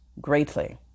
greatly